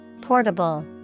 Portable